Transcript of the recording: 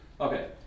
Okay